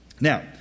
now